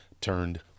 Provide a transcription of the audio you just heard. turned